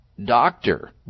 Doctor